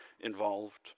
involved